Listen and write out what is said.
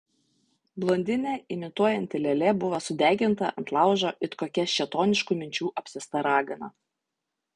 blondinę imituojanti lėlė buvo sudeginta ant laužo it kokia šėtoniškų minčių apsėsta ragana